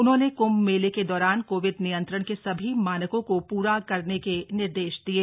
उन्होंने क्म्भ मेले के दौरान कोविड नियंत्रण के सभी मानकों को प्रा करने के निर्देश दिये